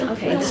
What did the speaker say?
Okay